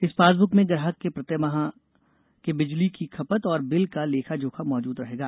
इस पासबुक में ग्राहक के प्रतिमाह के बिजली की खपत और बिल का लेखा जोखा मौजूद रहेगा